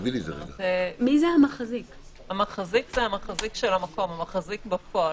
המחזיק הוא המחזיק בפועל.